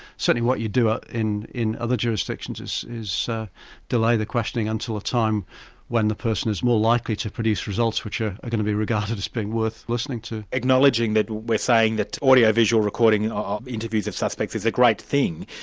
certainly what you'd do ah in in other jurisdictions is is delay the questioning until the time when the person is more likely to produce results which are going to be regarded as being worth listening to. acknowledging that we're saying that audio-visual recording of interviews of suspects is a great thing.